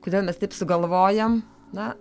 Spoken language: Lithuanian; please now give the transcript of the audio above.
kodėl mes taip sugalvojam na